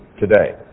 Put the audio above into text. today